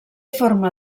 forma